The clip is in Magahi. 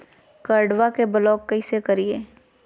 कार्डबा के ब्लॉक कैसे करिए?